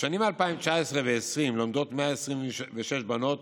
בשנים 2019 ו-2020 לומדות 126 בנות